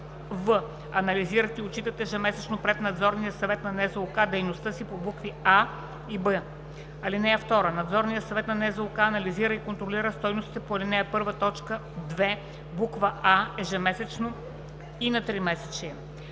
в) анализират и отчитат ежемесечно пред Надзорния съвет на НЗОК дейността си по букви „а“ и „б“. (2) Надзорният съвет на НЗОК анализира и контролира стойностите по ал. 1, т. 2, буква „а“ ежемесечно и на тримесечие.